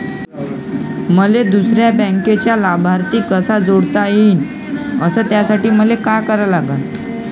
मले दुसऱ्या बँकेचा लाभार्थी कसा जोडता येईन, अस त्यासाठी मले का करा लागन?